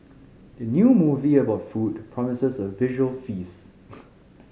the new movie about food promises a visual feast